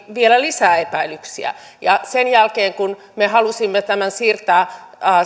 vielä lisää epäilyksiä sen jälkeen kun me halusimme tämän siirtää